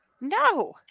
no